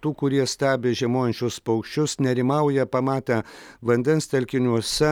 tų kurie stebi žiemojančius paukščius nerimauja pamatę vandens telkiniuose